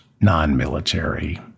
non-military